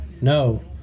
No